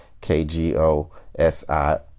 K-G-O-S-I